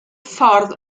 ffordd